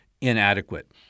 inadequate